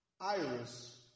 iris